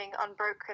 unbroken